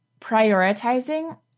prioritizing